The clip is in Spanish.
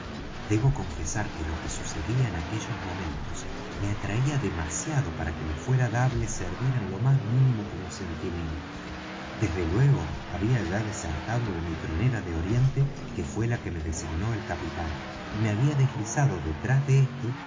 debo confesar que lo que sucedía en aquellos momentos me atraía demasiado para que me fuera dable servir en lo más mínimo como centinela desde luego había ya desertado de mi tronera de oriente que fué la que me designó el capitán y me había deslizado detrás de éste